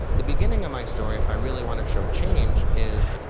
the beginning of my story, if i really want to show change, is,